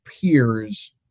peers